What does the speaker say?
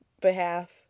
behalf